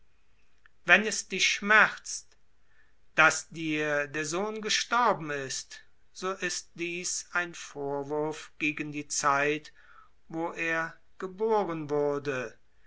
wenn es dich schmerzt daß dir der sohn gestorben ist so ist dieß ein vorwurf gegen die zeit wo er geboren wurde